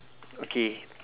okay